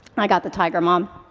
i got the tiger mom.